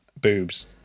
boobs